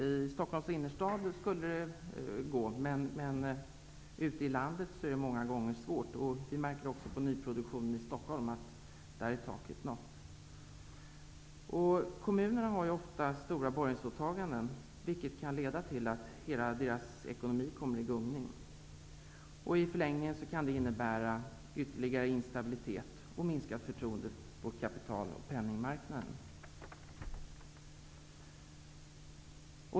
I Stockholms innerstad skulle det gå, men det är många gånger svårt ute i landet. Det märks också att taket är nått när det gäller nyproduktionen i Stockholm. Kommunerna har ofta stora borgensåtaganden, vilket kan leda till att hela ekonomin kommer i gungning. Det kan i förlängningen innebära ytterligare instabilitet och minskat förtroende på kapital och penningmarknaden.